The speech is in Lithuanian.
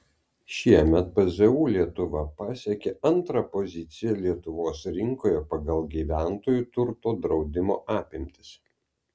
šiemet pzu lietuva pasiekė antrąją poziciją lietuvos rinkoje pagal gyventojų turto draudimo apimtis